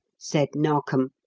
said narkom,